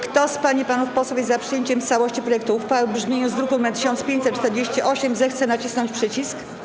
Kto z pań i panów posłów jest za przyjęciem w całości projektu uchwały w brzmieniu z druku nr 1548, zechce nacisnąć przycisk.